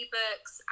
books